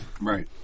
Right